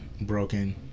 broken